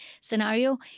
scenario